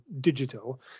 digital